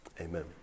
Amen